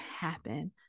happen